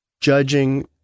judging